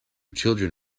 children